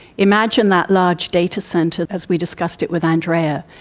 imagine that large data centre, as we discussed it with andrea.